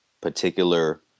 particular